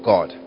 God